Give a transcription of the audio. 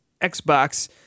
Xbox